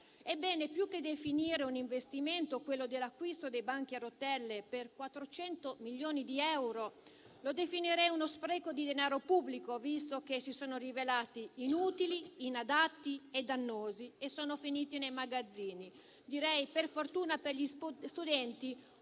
Ebbene più che definire un investimento l'acquisto dei banchi a rotelle per 400 milioni di euro, lo definirei uno spreco di denaro pubblico, visto che si sono rivelati inutili, inadatti e dannosi, finendo nei magazzini. Direi per fortuna per gli studenti,